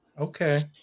Okay